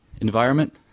Environment